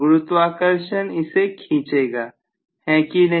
गुरुत्वाकर्षण इसे खींचेगा है कि नहीं